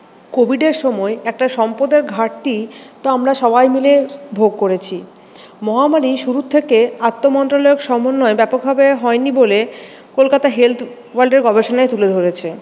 কোভিডের সময় একটা সম্পদের ঘাটতি তো আমরা সবাই মিলে ভোগ করেছি মহামারী শুরুর থেকে আত্মমণ্ডলের সমন্বয়ে ব্যাপকভাবে হয়নি বলে কলকাতা হেলথ ওয়ার্ল্ডের গবেষণায় তুলে ধরেছে